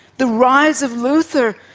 the rise of luther,